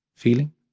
feeling